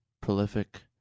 prolific